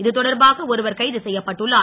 இதுதொடர்பாக ஒருவர் கைது செய்யப்பட்டுள்ளார்